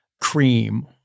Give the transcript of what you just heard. cream